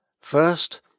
First